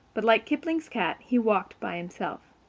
but, like kipling's cat, he walked by himself.